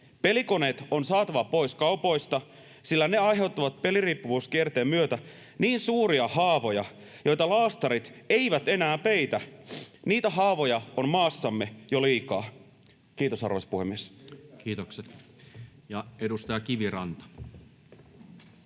Pelikoneet on saatava pois kaupoista, sillä ne aiheuttavat peliriippuvuuskierteen myötä niin suuria haavoja, joita laastarit eivät enää peitä. Niitä haavoja on maassamme jo liikaa. — Kiitos, arvoisa puhemies. Kiitokset. — Ja edustaja Kiviranta.